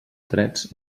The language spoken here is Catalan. drets